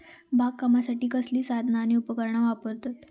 बागकामासाठी कसली साधना आणि उपकरणा वापरतत?